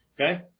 okay